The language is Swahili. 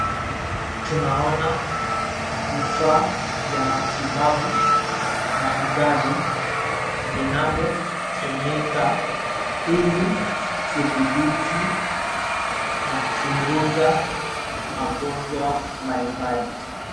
Tunaona vifaa vya matibabu na ugavi vinavyotumika ili kudhibiti na kuchunguza magonjwa mbalimbali .